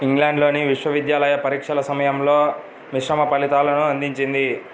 ఇంగ్లాండ్లోని విశ్వవిద్యాలయ పరీక్షల సమయంలో మిశ్రమ ఫలితాలను అందించింది